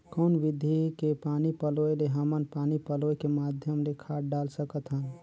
कौन विधि के पानी पलोय ले हमन पानी पलोय के माध्यम ले खाद डाल सकत हन?